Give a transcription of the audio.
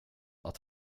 att